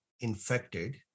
infected